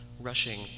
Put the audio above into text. rushing